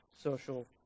social